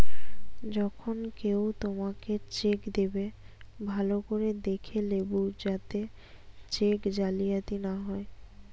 যখন কেও তোমাকে চেক দেবে, ভালো করে দেখে লেবু যাতে চেক জালিয়াতি না হয়